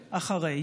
אגב,